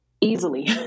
easily